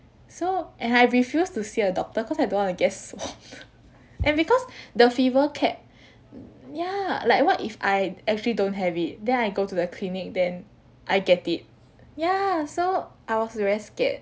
so and I refused to see a doctor cause I don't want to get swabbed and because the fever kept mm ya like what if I d~ actually don't have it then I go to the clinic then I get it ya so I was very scared